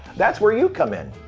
that's where you come in!